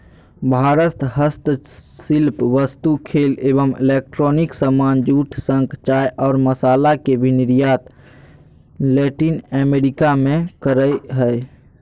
भारत हस्तशिल्प वस्तु, खेल एवं इलेक्ट्रॉनिक सामान, जूट, शंख, चाय और मसाला के भी निर्यात लैटिन अमेरिका मे करअ हय